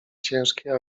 ciężkiej